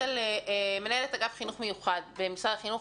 מנהלת אגף חינוך מיוחד במשרד החינוך,